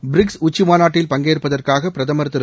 BRICS உச்சி மாநாட்டில் பங்கேற்பதற்காக பிரதமர் திரு